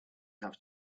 have